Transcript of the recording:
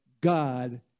God